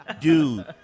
Dude